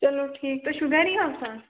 چلو ٹھیٖک تُہۍ چھُو گَری آسان